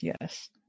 yes